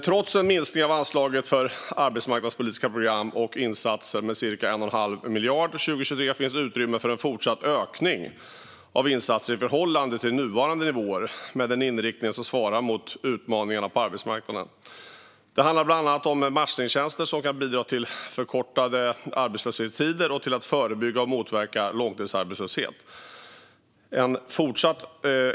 Trots en minskning av anslaget för arbetsmarknadspolitiska program och insatser med cirka 1 1⁄2 miljard 2023 finns utrymme för en fortsatt ökning av insatser i förhållande till nuvarande nivåer, med en inriktning som svarar mot utmaningarna på arbetsmarknaden. Det handlar bland annat om matchningstjänster, som kan bidra till förkortade arbetslöshetstider och till att förebygga och motverka långtidsarbetslöshet.